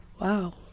wow